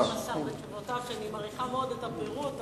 אני מעריכה מאוד את הפירוט בתשובות,